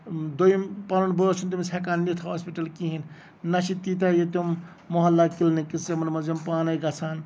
دٔیُم پَنُن بٲژٕ چھُنہٕ ہٮ۪کان تٔمِس نِتھ ہوسپِٹل کِہینۍ نہٕ نہ چھِ تِیٖتیاہ ییٚتہِ یِم موحلا کِلِنِکٕس یِمن منٛز یِم پانٕے گژھان